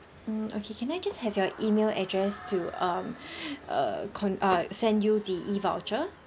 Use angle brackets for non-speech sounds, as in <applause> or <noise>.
mm okay can I just have your email address to um <breath> uh con~ uh send you the e voucher